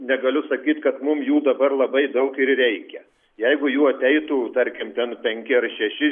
negaliu sakyt kad mum jų dabar labai daug ir reikia jeigu jų ateitų tarkim ten penki ar šeši